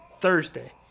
Thursday